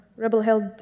rebel-held